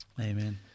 Amen